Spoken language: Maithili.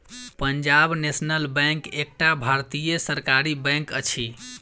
पंजाब नेशनल बैंक एकटा भारतीय सरकारी बैंक अछि